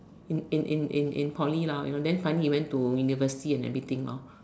in in in in Poly lah then suddenly he went into university and everything lor